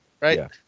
right